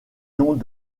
noms